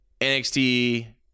NXT